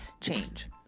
change